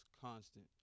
constant